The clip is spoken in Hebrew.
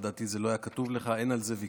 לדעתי זה לא היה כתוב לך: אין על זה ויכוח.